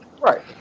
right